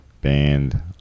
band